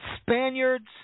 Spaniards